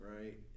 right